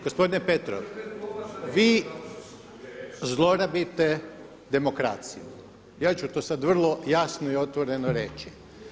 Gospodine Petrov, vi zlorabite demokraciju, ja ću to sada vrlo jasno i otvoreno reći.